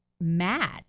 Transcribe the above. mad